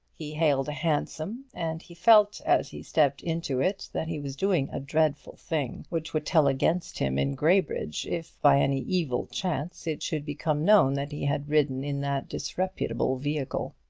he hailed a hansom, and he felt as he stepped into it that he was doing a dreadful thing, which would tell against him in graybridge, if by any evil chance it should become known that he had ridden in that disreputable vehicle.